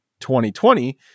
2020